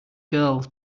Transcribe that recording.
girl